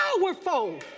powerful